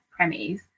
premies